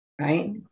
Right